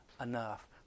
enough